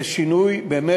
באמת,